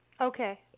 Okay